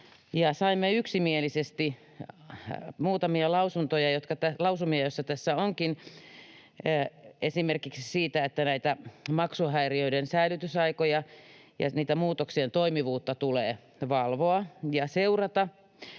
saimme yksimielisesti muutamia lausumia, joita tässä onkin, esimerkiksi siitä, että näitä maksuhäiriöiden säilytysaikoja ja niiden muutoksien toimivuutta tulee valvoa ja seurata.